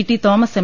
T Thomas M